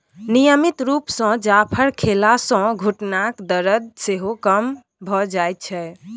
नियमित रुप सँ जाफर खेला सँ घुटनाक दरद सेहो कम भ जाइ छै